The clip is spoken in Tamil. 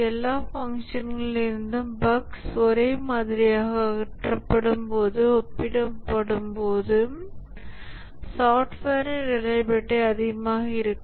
எல்லா ஃபங்க்ஷன்களிலிருந்தும் பஃக்ஸ் ஒரே மாதிரியாக அகற்றப்படும் போது ஒப்பிடும்போது சாஃப்ட்வேரின் ரிலையபிலிடி அதிகமாக இருக்கும்